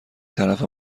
طرف